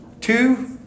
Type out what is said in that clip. Two